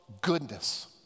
goodness